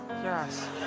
Yes